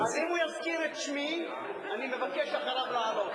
אז אם הוא יזכיר את שמי, אני מבקש אחריו לעלות.